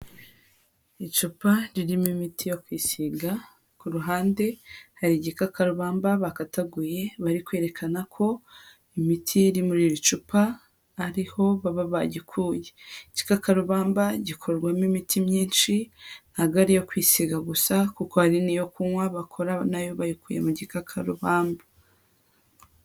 Icupa ririmo imiti yo kwisiga, ku ruhande hari igikakarubamba bakataguye, bari kwerekana ko imiti iri muri iri cupa ariho baba bagikuye, igikakarubamba gikorwamo imiti myinshi ntago ari iyo kwisiga gusa, kuko hari n'iyo kunywa bakora nayo bayikuye mu gikakaruvamba.